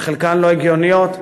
וחלקן לא הגיוניות,